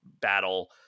battle